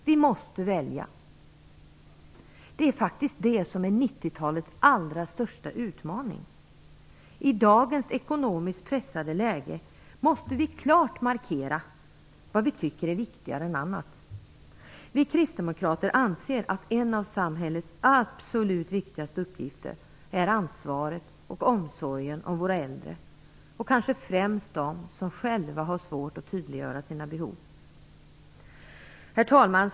Vi måste välja. Det är faktiskt det som är 90 talets allra största utmaning. I dagens ekonomiskt pressade läge måste vi klart markera vad vi tycker är viktigare än annat. Vi kristdemokrater anser att en av samhällets absolut viktigaste uppgifter är ansvaret och omsorgen om våra äldre och kanske främst om dem som själva har svårt att tydliggöra sina behov. Herr talman!